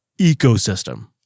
ecosystem